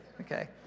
Okay